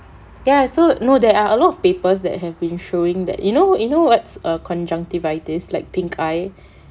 there are so no there are a lot of papers that have been showing that you know you know what's a conjunctivitis like pink eye